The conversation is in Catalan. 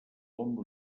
hom